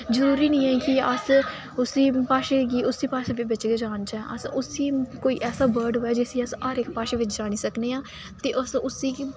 जरूरी निं ऐ की अस उसी भाशा गी उस्सै भाशा दे बिच गै जानचै अस उसी कोई ऐसा वर्ड होऐ हर इक भाशा बिच जानी सकनें आं ते उसी गै